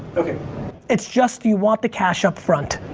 it's just do you want the cash up front?